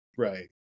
Right